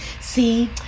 see